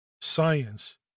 Science